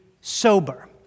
sober